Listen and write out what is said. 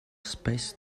spes